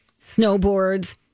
snowboards